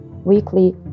weekly